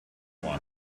one